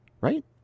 Right